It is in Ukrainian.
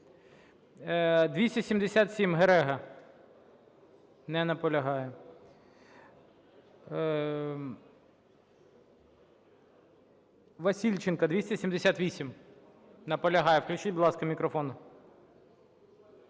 277, Герега. Не наполягає. Васильченко, 278. Наполягає. Включіть, будь ласка, мікрофон.